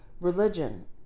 religion